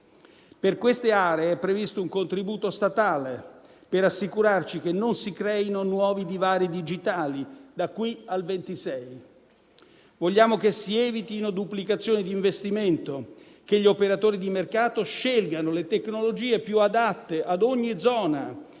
Per queste aree è previsto un contributo statale per assicurarci che non si creino nuovi divari digitali da qui al 2026. Vogliamo che si evitino duplicazioni di investimento, che gli operatori di mercato scelgano le tecnologie più adatte ad ogni zona,